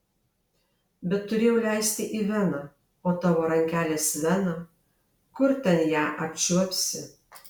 bet turėjau leisti į veną o tavo rankelės vena kur ten ją apčiuopsi